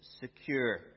secure